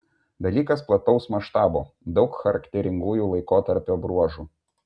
dalykas plataus maštabo daug charakteringųjų laikotarpio bruožų